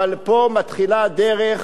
אבל פה מתחילה דרך